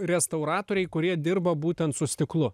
restauratoriai kurie dirba būtent su stiklu